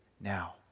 now